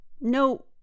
No